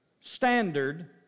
standard